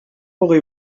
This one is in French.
aurez